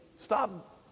Stop